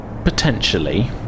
potentially